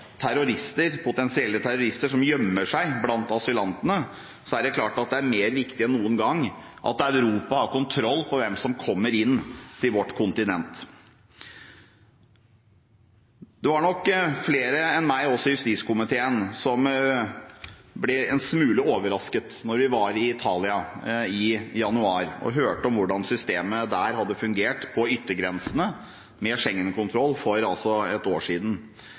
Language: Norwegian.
terrorister som gjemmer seg blant asylantene, er det klart det er viktigere enn noen gang at Europa har kontroll over hvem som kommer inn til vårt kontinent. Det var nok flere enn meg – også i justiskomiteen – som ble en smule overrasket da vi var i Italia i januar og hørte om hvordan systemet med Schengen-kontroll hadde fungert på yttergrensene for et år siden,